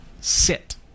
sit